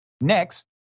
Next